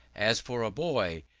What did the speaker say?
as for a boy,